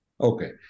Okay